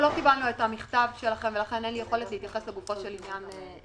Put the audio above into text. לא קיבלתי את המכתב שלכם לכן אין לי יכולת להתייחס לגופו של עניין.